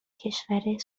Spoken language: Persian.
کشور